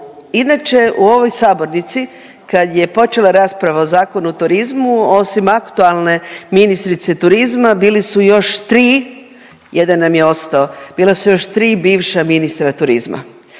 Inače u ovoj sabornici kad je počela rasprava o Zakonu o turizmu osim aktualne ministrice turizma bili su još tri, jedan nam je ostao, bila su još tri bivša ministra turizma